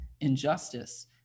injustice